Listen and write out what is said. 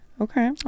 Okay